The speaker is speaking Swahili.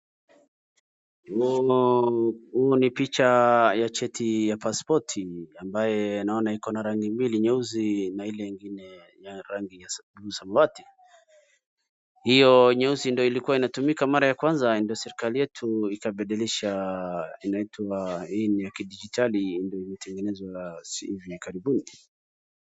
Hii ni picha ya cheti cha paspoti ambaye naona iko na rangi mbili nyeusi na ile ingine na rangi ya samawati, hiyo nyeusi ndio ilikuwa inatumika mara ya kwanza ndio serikali yetu ikabadilisha inaitwa hii ni ya kidijitali na imetengenezwa hivi karibuni.